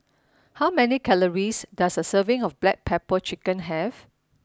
how many calories does a serving of Black Pepper Chicken have